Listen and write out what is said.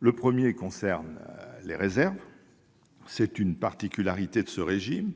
Le premier concerne les réserves. C'est une particularité de ce régime :